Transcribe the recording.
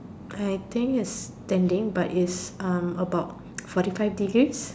I think is standing but is um about forty five degrees